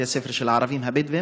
בתי-הספר של הערבים הבדואים,